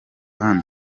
hano